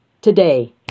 today